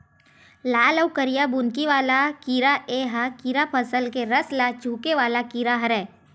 लाल अउ करिया बुंदकी वाला कीरा ए ह कीरा फसल के रस ल चूंहके वाला कीरा हरय